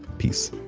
peace.